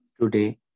Today